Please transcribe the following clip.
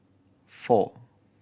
four